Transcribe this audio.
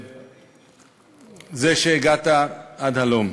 וזה שהגעת עד הלום.